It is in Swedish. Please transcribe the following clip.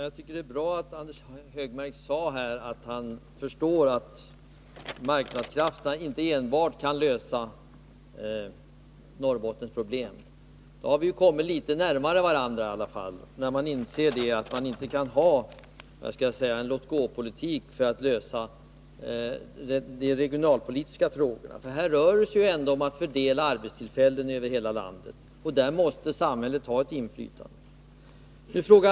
Herr talman! Det är bra att Anders Högmark här sade att han förstår att enbart marknadskrafterna inte kan lösa Norrbottens problem. Vi har i alla fall kommit litet närmare varandra när moderaterna inser att man inte kan föra en låt-gå-politik då det gäller att lösa de regionalpolitiska problemen. Här rör det sig om att fördela arbetstillfällen över hela landet. Där måste samhället ha ett inflytande.